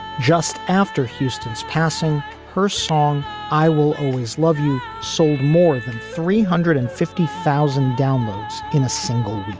just after houston's passing her song i will always love you sold more than three hundred and fifty thousand downloads in a single week.